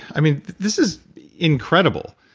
i mean, this is incredible.